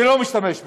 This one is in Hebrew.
ולא משתמש בו.